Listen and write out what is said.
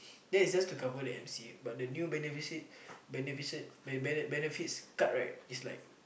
that is just to cover the M_C but the new benefit benefits card right is like